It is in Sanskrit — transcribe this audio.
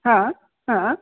ह ह